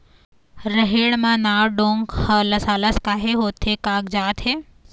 रहेड़ म नावा डोंक हर लसलसा काहे होथे कागजात हे?